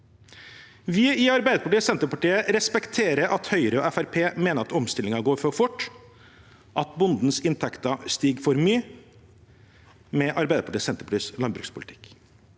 Vi i Arbeiderpartiet og Senterpartiet respekterer at Høyre og Fremskrittspartiet mener at omstillingen går for fort, og at bondens inntekter stiger for mye med Arbeiderpartiets og Senterpartiets landbrukspolitikk,